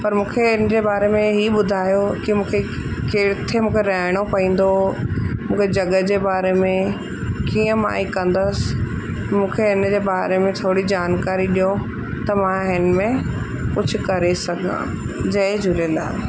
पर मूंखे हिन जे बारे में हीउ ॿुधायो की मूंखे किथे मूंखे रहणो पवंदो मूंखे जॻहि जे बारे में कीअं मां ही कंदसि मूंखे इनजे बारे में थोरी जानकारी ॾियो त मां हिन में कुझु करे सघां जय झूलेलाल